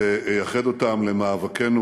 ואייחד אותם למאבקנו